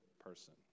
person